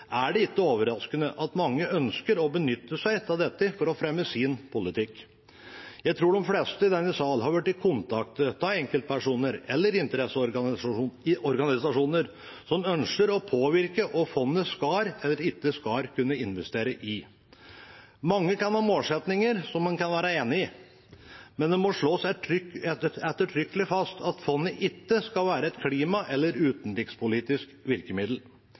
er det ikke overraskende at mange ønsker å benytte seg av det for å fremme sin politikk. Jeg tror de fleste i denne sal har blitt kontaktet av enkeltpersoner eller interesseorganisasjoner som ønsker å påvirke hva fondet skal eller ikke skal kunne investere i. Mange kan ha målsettinger som en kan være enig i, men det må slås ettertrykkelig fast at fondet ikke skal være et klima- eller utenrikspolitisk virkemiddel.